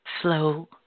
Slow